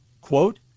quote